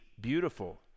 beautiful